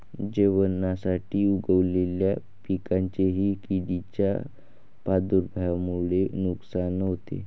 जेवणासाठी उगवलेल्या पिकांचेही किडींच्या प्रादुर्भावामुळे नुकसान होते